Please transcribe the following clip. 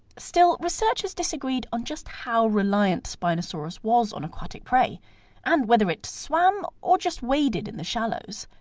still, researchers disagreed on just how reliant spinosaurus was on aquatic prey and whether it swam or just waded in the shallows.